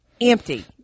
Empty